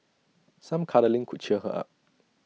some cuddling could cheer her up